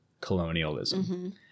colonialism